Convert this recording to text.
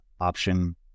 option